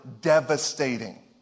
devastating